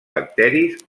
bacteris